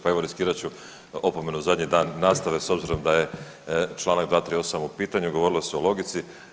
Pa evo riskirat ću opomenu zadnji dan nastave s obzirom da je čl. 238. u pitanju, govorilo se o logici.